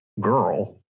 Girl